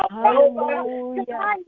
Hallelujah